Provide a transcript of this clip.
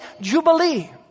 jubilee